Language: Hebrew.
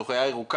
זו ריאה ירוקה,